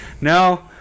no